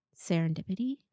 Serendipity